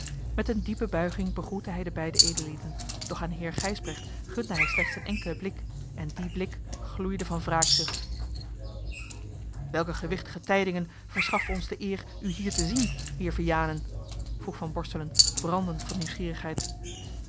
met eene diepe buiging begroette hij de beide edellieden doch aan heer gijsbrecht gunde hij slechts een enkelen blik en die blik gloeide van wraakzucht welke gewichtige tijdingen verschaffen ons de eer u hier te zien heer vianen vroeg van borselen brandend van nieuwsgierigheid